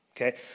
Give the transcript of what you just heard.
Okay